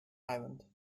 island